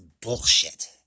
bullshit